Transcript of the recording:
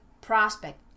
prospect